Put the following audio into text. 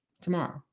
tomorrow